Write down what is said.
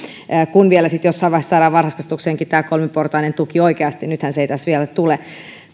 kun vielä sitten jossain vaiheessa saadaan varhaiskasvatukseenkin tämä kolmiportainen tuki oikeasti nythän se ei tässä vielä tule